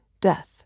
death